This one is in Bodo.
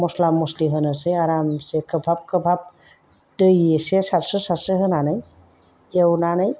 मस्ला मस्लि होनोसै आरामसे खोबहाब खोबहाब दै एसे सारस्र' सारस्र' होनानै एवनानै